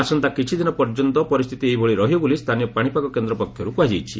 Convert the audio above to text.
ଆସନ୍ତା କିଛି ଦିନ ପର୍ଯ୍ୟନ୍ତ ପରିସ୍ଥିତି ଏହିଭଳି ରହିବ ବୋଲି ସ୍ଥାନୀୟ ପାଣିପାଗ କେନ୍ଦ୍ର ପକ୍ଷରୁ କୁହାଯାଇଛି